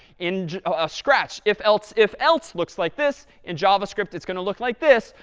in ah scratch, if else if else looks like this. in javascript, it's going to look like this,